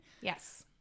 Yes